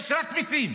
יש רק מיסים.